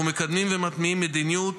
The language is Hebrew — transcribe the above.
אנחנו מקדמים ומתניעים מדיניות,